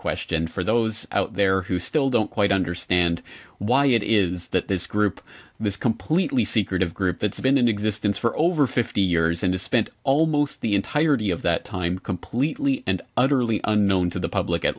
question for those out there who still don't quite understand why it is that this group this completely secretive group that's been in existence for over fifty years and a spent almost the entirety of that time completely and utterly unknown to the public at